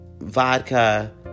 Vodka